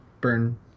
Burn